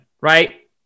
right